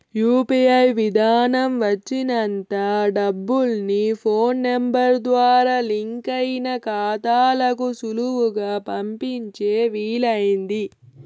UPI విదానం వచ్చినంత డబ్బుల్ని ఫోన్ నెంబరు ద్వారా లింకయిన కాతాలకు సులువుగా పంపించే వీలయింది